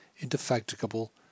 indefatigable